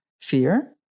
fear